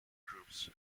groups